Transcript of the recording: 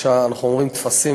כשאנחנו אומרים "טפסים",